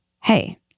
hey